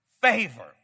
favor